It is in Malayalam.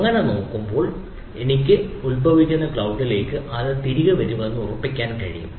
അങ്ങനെ ചെയ്യുമ്പോൾ ഉത്ഭവിക്കുന്ന ക്ളൌഡ്ലേക്ക് അത് തിരികെ വരുന്നുവെന്ന് ഉറപ്പിക്കാൻ കഴിയും